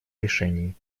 решении